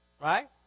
Right